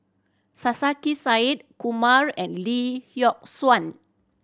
Sarkasi Said Kumar and Lee Yock Suan